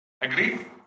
Agree